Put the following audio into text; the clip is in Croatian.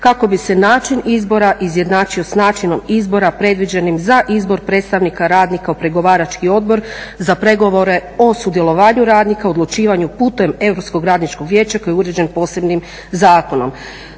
kako bi se način izbora izjednačio s načinom izbora predviđenim za izbor predstavnika radnika u pregovarački odbor za pregovore o sudjelovanju radnika u odlučivanju putem Europskog radničkog vijeća koji je uređen posebnim zakonom.